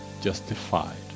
justified